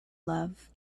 love